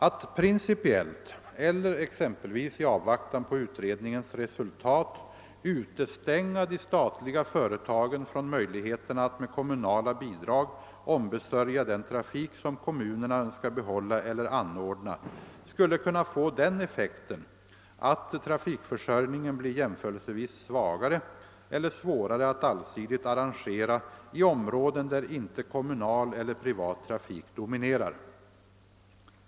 Att principiellt eller exempelvis i avvaktan på utredningens resultat utestänga de statliga företagen från möjligheterna att med kommunala bidrag ombesörja den trafik, som kommunerna önskar behålla eller anordna, skulle kunna få den effekten att trafikförsörjningen blir jämförelsevis svagare eller svårare att allsidigt arrangera i områden där inte kommunal eller privat trafik dominerar.